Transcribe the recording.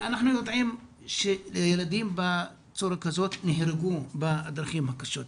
אנחנו יודעים שילדים בצורה כזאת נהרגו בדרכים קשות.